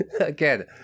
again